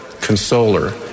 consoler